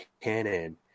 canon